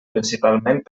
principalment